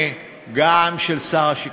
גם של שר השיכון,